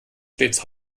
stets